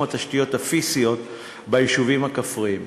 התשתיות הפיזיות ביישובים הכפריים,